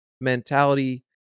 mentality